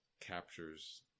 captures